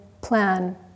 plan